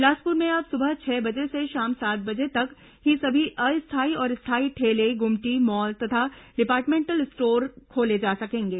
बिलासपुर में अब सुबह छह बजे से शाम सात बजे तक ही सभी अस्थायी और स्थायी ठेले गुमटी मॉल तथा डिपार्टमेंटल स्टोर्स खोले जा सकेंगे